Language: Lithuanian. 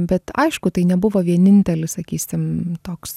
bet aišku tai nebuvo vienintelis sakysim toks